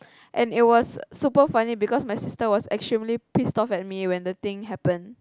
and it was super funny because my sister was extremely pissed off at me when the thing happened